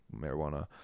marijuana